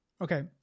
okay